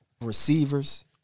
receivers